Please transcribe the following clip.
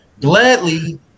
Gladly